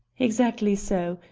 exactly so.